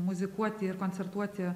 muzikuoti ir koncertuoti